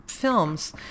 films